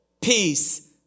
peace